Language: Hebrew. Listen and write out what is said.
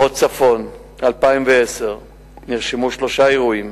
מחוז צפון, ב-2010 נרשמו שלושה אירועי